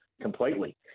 completely